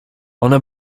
ona